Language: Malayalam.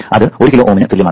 അത് 1 കിലോ Ω ന് തുല്യമാണ്